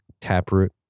Taproot